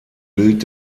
bild